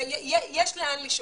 יש לאן לשאוף.